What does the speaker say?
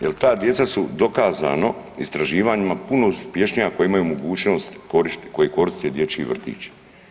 Jel' ta djeca su dokazano istraživanjima puno uspješnija koja imaju mogućnost koji koriste dječji vrtić.